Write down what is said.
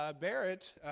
Barrett